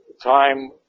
time